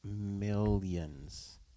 millions